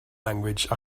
language